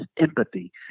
empathy